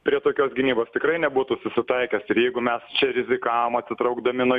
prie tokios gynybos tikrai nebūtų susitaikęs ir jeigu mes čia rizikavom atsitraukdami nuo